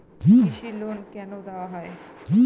কৃষি লোন কেন দেওয়া হয়?